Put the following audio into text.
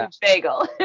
bagel